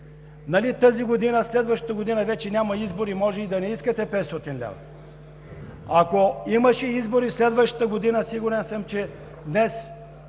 Нали тази година, следващата година вече няма избори, може и да не искате 500 лв. Ако имаше избори следващата година, сигурен съм че днес